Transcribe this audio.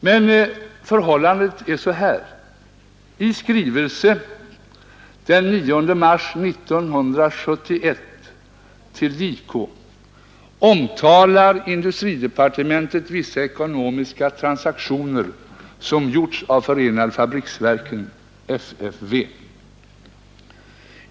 Men förhållandet är följande: I skrivelse den 9 mars 1971 till JK omtalar industridepartementet vissa ekonomiska transaktioner som gjorts av förenade fabriksverken — FFV.